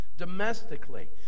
domestically